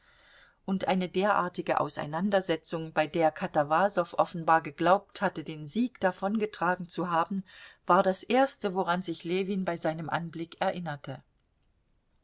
und eine derartige auseinandersetzung bei der katawasow offenbar geglaubt hatte den sieg davongetragen zu haben war das erste woran sich ljewin bei seinem anblick erinnerte